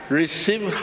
receive